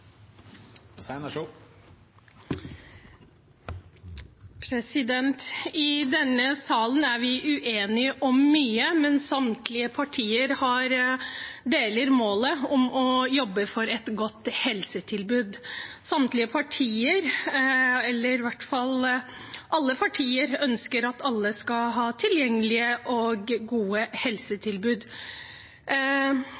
3 minutter. I denne salen er vi uenige om mye, men samtlige partier deler målet om å jobbe for et godt helsetilbud. Alle partier ønsker at alle skal ha tilgjengelige og gode